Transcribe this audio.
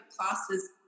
classes